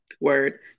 Word